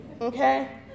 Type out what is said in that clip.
okay